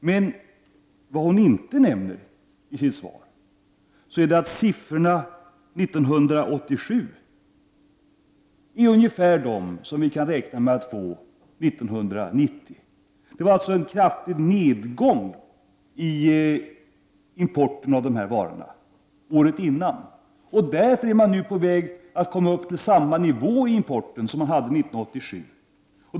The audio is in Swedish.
Men det hon inte nämner i sitt svar är att siffrorna för 1987 är ungefär desamma som vi kan räkna med att få år 1990. Det var alltså frågan om en kraftig nedgång av importen av de här varorna året innan. Man är därför nu på väg att komma upp till samma nivå på importen som man hade år 1987.